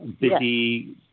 busy